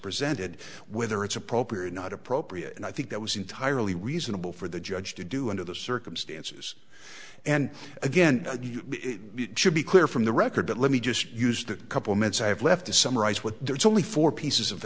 presented with or it's appropriate not appropriate and i think that was entirely reasonable for the judge to do under the circumstances and again you should be clear from the record but let me just use the couple minutes i have left to summarize what there are only four pieces of